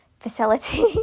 facility